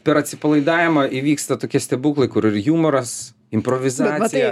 per atsipalaidavimą įvyksta tokie stebuklai kur ir jumoras improvizacija